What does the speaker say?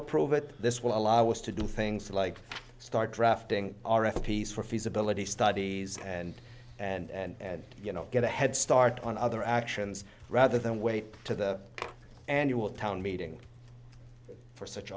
approve it this will allow us to do things like start drafting our a piece for feasibility studies and and you know get a head start on other actions rather than wait to the annual town meeting for such